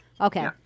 Okay